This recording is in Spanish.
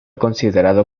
considerado